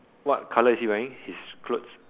what colour is he wearing his clothes